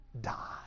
die